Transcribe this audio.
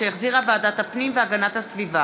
שהחזירה ועדת הפנים והגנת הסביבה.